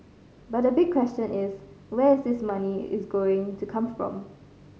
but the big question is where is this money is going to come from